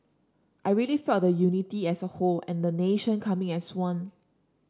I really felt the unity as a whole and the nation coming as one